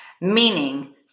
meaning